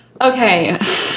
Okay